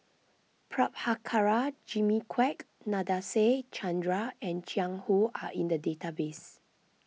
Prabhakara Jimmy Quek Nadasen Chandra and Jiang Hu are in the database